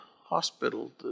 hospital